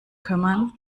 kümmern